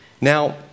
Now